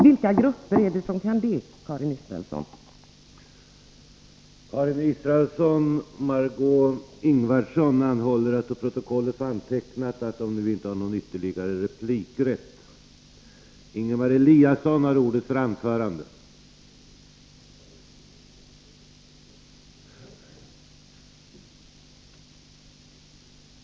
Vilka grupper är det som kan det, Karin Israelsson?